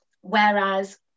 Whereas